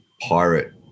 pirate